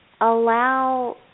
allow